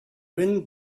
wind